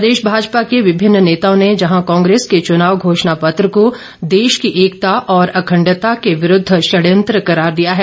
प्रदेश भाजपा के विभिन्न नेताओं ने जहां कांग्रेस के चुनाव घोषणापत्र को देश की एकता और अखंडता के विरूद्व षड़यंत्र करार दिया है